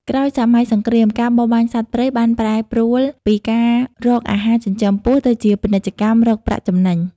ក្រោយសម័យសង្គ្រាម ការបរបាញ់សត្វព្រៃបានប្រែប្រួលពីការរកអាហារចិញ្ចឹមពោះ ទៅជាពាណិជ្ជកម្មរកប្រាក់ចំណេញ។